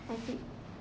I think